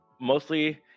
mostly